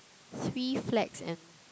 three flags and